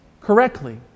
correctly